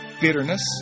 bitterness